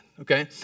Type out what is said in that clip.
okay